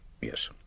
Yes